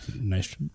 nice